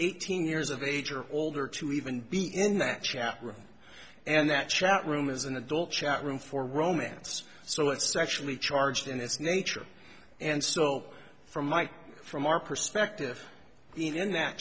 eighteen years of age or older to even be in that chapter and that chat room is an adult chat room for romance so it's sexually charged in this nature and so from my from our perspective even that